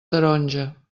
taronja